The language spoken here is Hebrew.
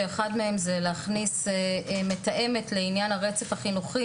שאחת מהן זה להכניס מתאמת לעניין הרצף החינוכי,